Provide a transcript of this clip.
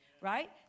right